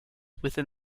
within